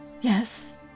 Yes